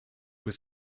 was